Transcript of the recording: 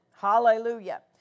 hallelujah